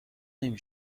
نمی